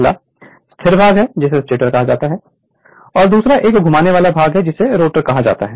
1 स्थिर भाग है जिसे स्टेटर कहा जाता है दूसरा एक घूमने वाला भाग है जिसे रोटर कहा जाता है